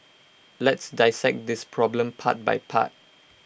let's dissect this problem part by part